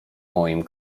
moim